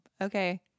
Okay